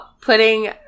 putting